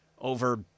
over